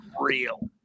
Real